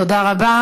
תודה רבה.